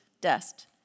dust